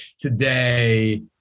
today